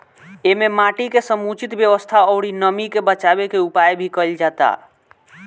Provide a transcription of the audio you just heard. एमे माटी के समुचित व्यवस्था अउरी नमी के बाचावे के उपाय भी कईल जाताटे